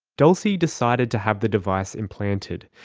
dulcie decided to have the device implanted.